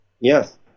Yes